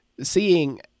seeing